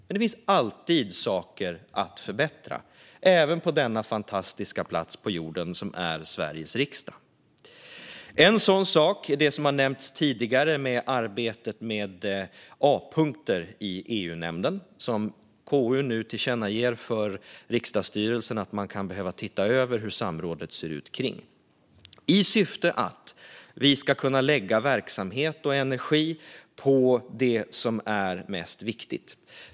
Men det finns alltid saker att förbättra, även på denna fantastiska plats på jorden som är Sveriges riksdag. En sådan sak är det som nämnts tidigare om arbetet med A-punkter i EU-nämnden, som KU nu tillkännager för riksdagsstyrelsen att man kan behöva titta över hur samrådet ser ut kring i syfte att vi i riksdagen ska kunna ägna verksamheten åt och lägga vår energi på det som är viktigast.